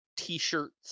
T-shirts